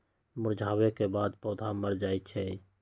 मुरझावे के बाद पौधा मर जाई छई